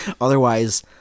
Otherwise